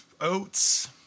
oats